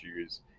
issues